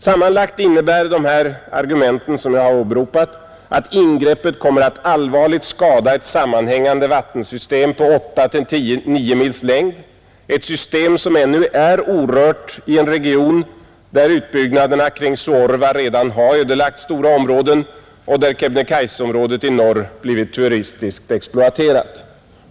Sammanlagt innebär dessa argument som jag har åberopat att ingreppet kommer att allvarligt skada ett sammanhängande vattensystem på 8-9 mils längd, ett system som ännu är orört i en region där utbyggnaderna kring Suorva redan har ödelagt stora områden och där Kebnekaiseområdet i norr blivit turistiskt exploaterat.